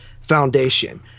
foundation